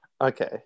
Okay